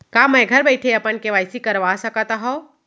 का मैं घर बइठे अपन के.वाई.सी करवा सकत हव?